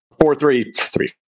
four-three-three